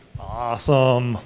Awesome